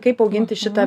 kaip auginti šitą